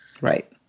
Right